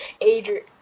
Adrian